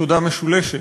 תודה משולשת,